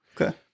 Okay